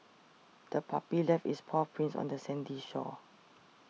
the puppy left its paw prints on the sandy shore